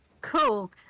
Cool